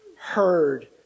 heard